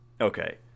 Okay